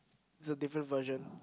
is a different version